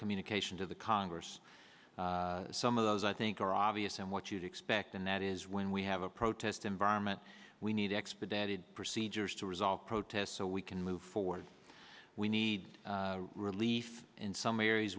communication to the congress some of those i think are obvious and what you'd expect and that is when we have a protest environment we need expedited procedures to resolve protests so we can move forward we need relief in some areas